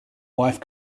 wife